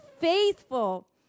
faithful